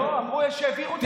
לא, אמרו שהעבירו 300 מיליון.